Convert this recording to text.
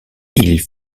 ils